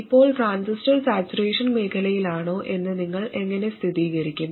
ഇപ്പോൾ transistor saturation മേഖലയിലാണോ എന്ന് നിങ്ങൾ എങ്ങനെ സ്ഥിരീകരിക്കും